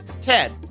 Ted